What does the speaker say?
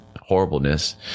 horribleness